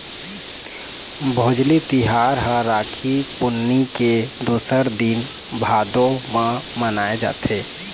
भोजली तिहार ह राखी पुन्नी के दूसर दिन भादो म मनाए जाथे